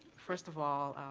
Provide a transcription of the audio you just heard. first of all,